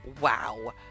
wow